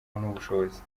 n’ubushobozi